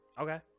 Okay